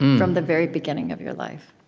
from the very beginning of your life?